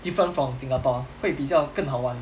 different from singapore 会比较更好玩